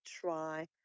try